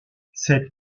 cette